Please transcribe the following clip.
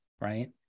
right